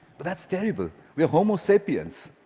but that's terrible. we are homo sapiens.